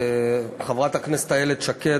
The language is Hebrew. חברת הכנסת איילת שקד,